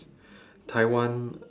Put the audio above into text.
Taiwan